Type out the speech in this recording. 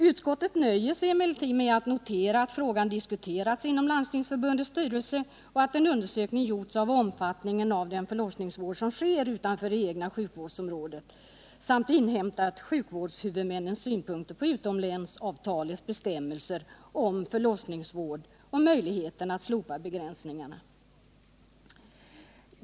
Utskottet nöjer sig med att notera att frågan diskuterats inom Landstingsförbundets styrelse och att Landstingsförbundet gjort en undersökning av omfattningen av den förlossningsvård som sker utanför det egna sjukvårdsområdet samt inhämtat sjukvårdshuvudmännens synpunkter på utomlänsavtalets bestämmelser om förlossningsvård och möjligheten att slopa gällande begränsningar.